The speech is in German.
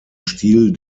stil